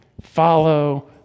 Follow